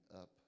up